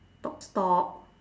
talk stock